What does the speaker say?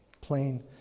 Plain